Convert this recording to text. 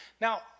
Now